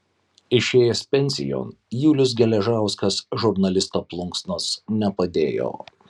išėjęs pensijon julius geležauskas žurnalisto plunksnos nepadėjo